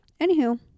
Anywho